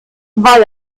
war